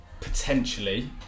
potentially